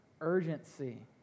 urgency